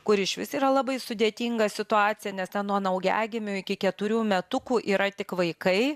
kur išvis yra labai sudėtinga situacija nes ten nuo naujagimių iki keturių metukų yra tik vaikai